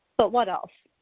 but what else?